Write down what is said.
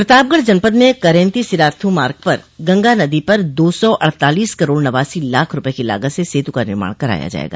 प्रतापगढ़ जनपद में करेन्ती सिराथू मार्ग पर गंगा नदी पर दो सौ अड़तालीस करोड़ नवासी लाख रूपये की लागत से सेतु का निर्माण कराया जायेगा